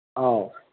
ꯑꯧ